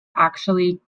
actually